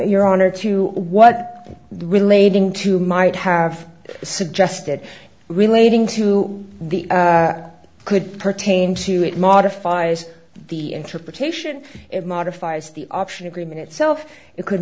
honor to what relating to might have suggested relating to the could pertain to it modifies the interpretation it modifies the option agreement itself it could